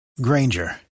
Granger